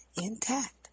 intact